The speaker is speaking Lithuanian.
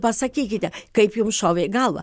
pasakykite kaip jums šovė į galvą